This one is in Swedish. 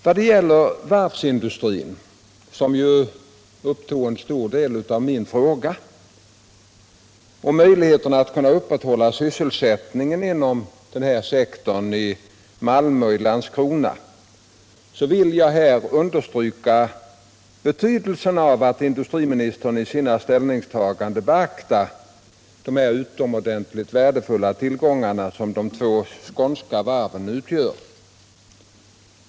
Vad det gäller varvsindustrin, som upptog en stor del av min interpellation, och möjligheterna att upprätthålla sysselsättningen inom denna sektor i Malmö och Landskrona, vill jag här understryka betydelsen av att industriministern i sina ställningstaganden beaktar de utomordentligt värdefulla tillgångar som de två skånska varven utgör.